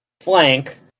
Flank